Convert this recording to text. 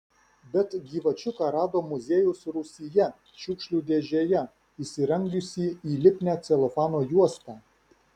bet gyvačiuką rado muziejaus rūsyje šiukšlių dėžėje įsirangiusį į lipnią celofano juostą